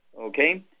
Okay